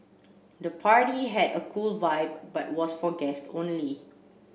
the party had a cool vibe but was for guest only